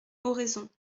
oraison